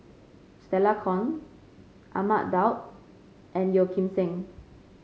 Stella Kon Ahmad Daud and Yeo Kim Seng